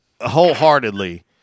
wholeheartedly